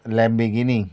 Lamborghini